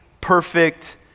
perfect